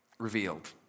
Revealed